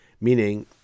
Meaning